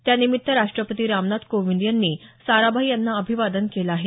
त्यानिमित्त राष्ट्रपती रामनाथ कोविंद यांनी साराभाई यांना अभिवादन केलं आहे